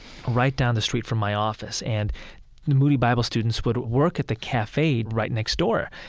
right down the street from my office. and the moody bible students would work at the cafe right next door,